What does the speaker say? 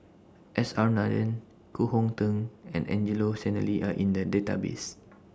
S R Nathan Koh Hong Teng and Angelo Sanelli Are in The Database